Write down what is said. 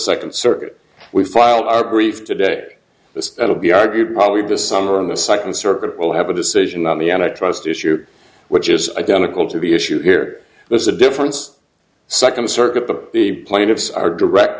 second circuit we filed our brief today this will be argued probably this summer on the second circuit will have a decision not me on a trust issue which is identical to the issue here there's a difference second circuit the plaintiffs are direct